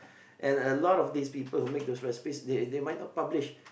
and a lot of these people who make those recipes they they might not publish